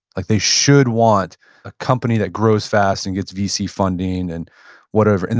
like they should want a company that grows fast and gets vc funding and whatever, and